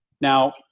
Now